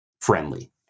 friendly